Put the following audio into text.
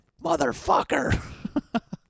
motherfucker